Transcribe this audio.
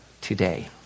today